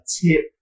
tip